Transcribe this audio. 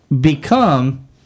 become